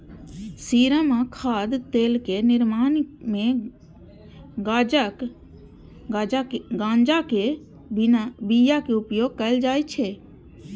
serum आ खाद्य तेलक निर्माण मे गांजाक बिया के उपयोग कैल जाइ छै